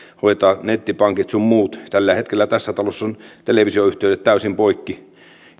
hoitaa nettipankit sun muut tällä hetkellähän tässä talossa on televisioyhteydet täysin poikki